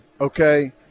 okay